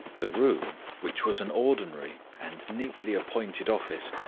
the room, which was an ordinary and neatly appointed office,